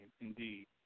indeed